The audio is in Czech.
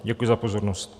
Děkuji za pozornost.